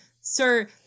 Sir